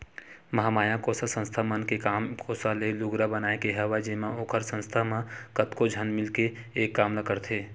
महामाया कोसा संस्था मन के काम कोसा ले लुगरा बनाए के हवय जेमा ओखर संस्था म कतको झन मिलके एक काम ल करथे